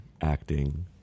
acting